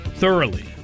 Thoroughly